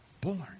born